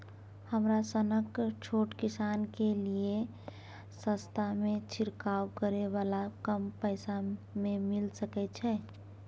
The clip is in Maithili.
हमरा सनक छोट किसान के लिए सस्ता में छिरकाव करै वाला कम पैसा में मिल सकै छै?